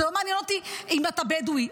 זה לא מעניין אותי אם אתה בדואי.